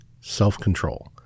self-control